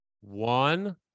One